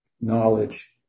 Knowledge